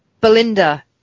Belinda